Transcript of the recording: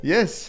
Yes